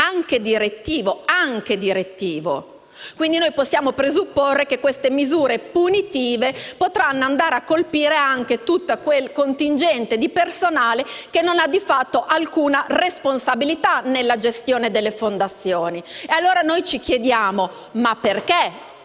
anche direttivo» e, quindi, possiamo presupporre che queste misure punitive potranno colpire anche il contingente di personale che non ha di fatto alcuna responsabilità nella gestione delle fondazioni. Allora noi ci chiediamo: ma perché?